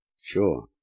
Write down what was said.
sure